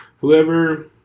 Whoever